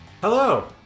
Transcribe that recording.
Hello